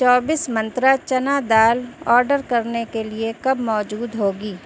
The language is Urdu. چوبیس منترا چنا دال آرڈر کرنے کے لیے کب موجود ہوگی